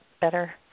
better